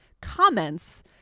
comments